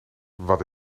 wat